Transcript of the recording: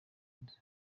neza